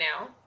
now